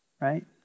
Right